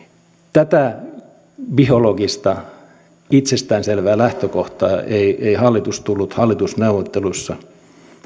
tätä biologista itsestään selvää lähtökohtaa ei ei hallitus tullut hallitusneuvotteluissa